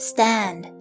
Stand